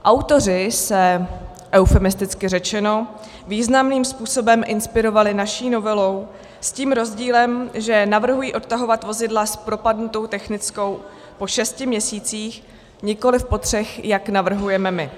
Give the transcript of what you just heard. Autoři se, eufemisticky řečeno, významným způsobem inspirovali naší novelou, s tím rozdílem, že navrhují odtahovat vozidla s propadlou technickou po šesti měsících, nikoliv po třech, jak navrhujeme my.